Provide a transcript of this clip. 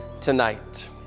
tonight